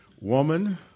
Woman